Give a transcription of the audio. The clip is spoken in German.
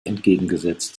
entgegengesetzt